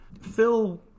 Phil